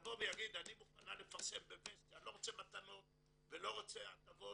יבוא ויגיד "אני מוכנה לפרסם בוסטי" אני לא רוצה מתנות ולא רוצה הטבות,